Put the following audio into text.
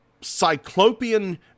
Cyclopean